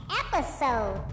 episode